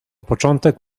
początek